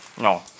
No